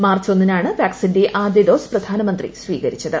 March ഒന്നിനാണ് വാക്സിന്റെ ആദ്യ ഡോസ്സ് പ്രധാനമന്ത്രി സ്വീകരിച്ചത്